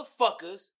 motherfuckers